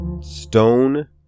stone